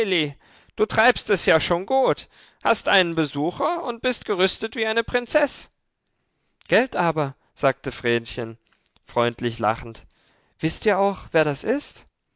du treibst es ja schon gut hast einen besucher und bist gerüstet wie eine prinzeß gelt aber sagte vrenchen freundlich lachend wißt ihr auch wer das ist